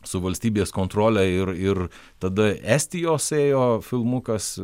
su valstybės kontrole ir ir tada estijos ėjo filmukas